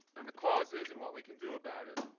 and the causes and what we can do about it